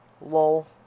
Lol